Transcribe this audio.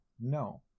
No